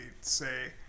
say